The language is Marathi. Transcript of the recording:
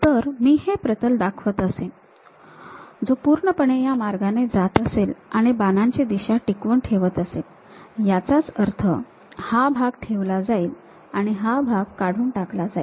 तर मी हे प्रतल दाखवत असेन जो पूर्णपणे या मार्गाने जात असेल आणि बाणांची दिशा टिकवून ठेवत असेल याचाच अर्थ हा भाग ठेवला जाईल आणि हा भाग काढून टाकला जाईल